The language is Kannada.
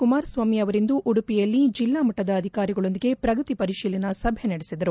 ಕುಮಾರಸ್ವಾಮಿ ಅವರಿಂದು ಉಡುಪಿಯಲ್ಲಿ ಜಿಲ್ಲಾ ಮಟ್ಟದ ಅಧಿಕಾರಿಗಳೊಂದಿಗೆ ಪ್ರಗತಿ ಪರಿಶೀಲನಾ ಸಭೆ ನಡೆಸಿದರು